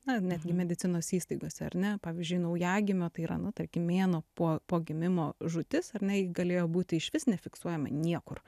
na netgi medicinos įstaigose ar ne pavyzdžiui naujagimio tai yra nu tarkim mėnuo po po gimimo žūtis ar ne ji galėjo būti išvis nefiksuojama niekur